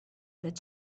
that